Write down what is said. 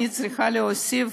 אני צריכה להוסיף